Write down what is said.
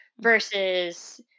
versus